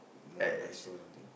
more nicer or something